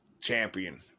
champion